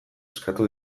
eskatu